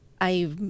I-